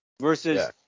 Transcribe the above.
versus